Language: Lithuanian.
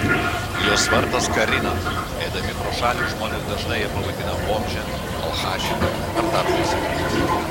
jos vardas karina eidami pro šalį žmonės dažnai ją pavadina bomže alchaše ar dar baisiau